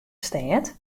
stêd